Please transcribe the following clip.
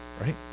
right